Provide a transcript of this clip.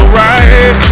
right